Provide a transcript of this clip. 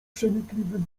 przenikliwym